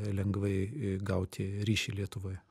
lengvai gauti ryšį lietuvoje